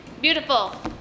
Beautiful